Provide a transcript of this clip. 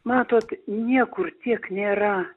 matot niekur tiek nėra